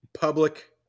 public